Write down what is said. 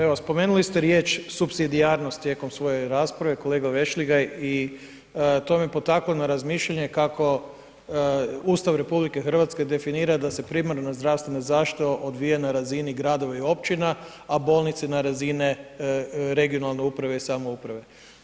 Evo spomenuli ste riječ supsidijarnost tijekom svoje rasprave kolega Vešligaj i to me potaklo na razmišljanje kako Ustav RH definira da se primarna zdravstvena zaštita odvija na razini gradova i općina, a bolnice za razini regionalne uprave i samouprave.